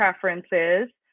preferences